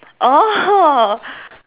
oh